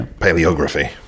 paleography